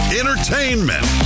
entertainment